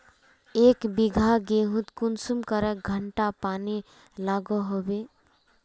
एक बिगहा गेँहूत कुंसम करे घंटा पानी लागोहो होबे?